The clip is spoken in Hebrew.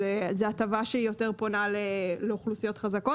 זאת הטבה שיותר פונה לאוכלוסיות חזקות